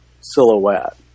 silhouette